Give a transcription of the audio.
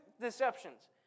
deceptions